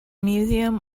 museum